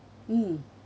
mm